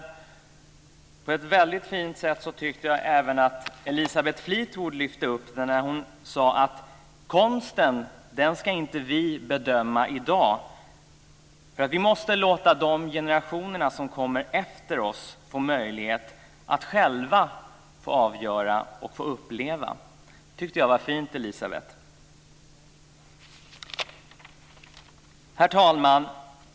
Och på ett väldigt fint sätt, tycker jag, att Elisabeth Fleetwood lyfte upp det när hon sade att konsten ska inte vi bedöma i dag. Vi måste låta de generationer som kommer efter oss få möjlighet att själva avgöra och uppleva. Det tyckte jag var fint, Elisabeth Fleetwood. Herr talman!